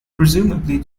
presumably